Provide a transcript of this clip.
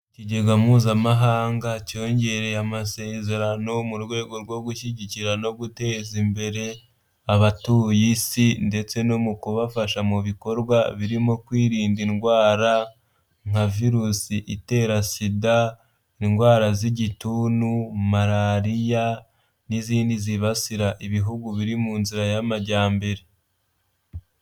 Ikigega Mpuzamahanga cyongereye amasezerano mu rwego rwo gushyigikira no guteza imbere abatuye Isi ndetse no mu kubafasha mu bikorwa, birimo kwirinda indwara nka virusi itera SIDA, indwara z'Igituntu, Malariya n'izindi zibasira ibihugu biri mu nzira y'amajyambere